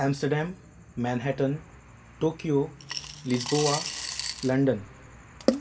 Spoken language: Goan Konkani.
Amsterdam Manhattan Tokyo Lisboa London